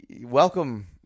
welcome